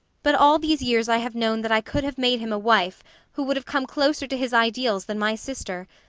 but all these years i have known that i could have made him a wife who would have come closer to his ideals than my sister,